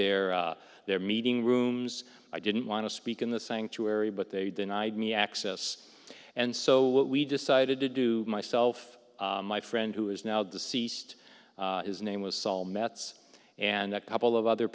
their their meeting rooms i didn't want to speak in the sanctuary but they denied me access and so we decided to do myself my friend who is now deceased his name was saul metz and a couple of other